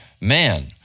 man